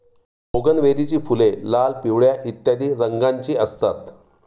बोगनवेलीची फुले लाल, पिवळ्या इत्यादी रंगांची असतात